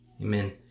Amen